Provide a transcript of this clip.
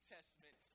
Testament